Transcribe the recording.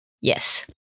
Yes